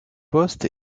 poste